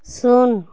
ଶୂନ